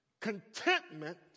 Contentment